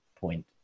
point